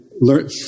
learn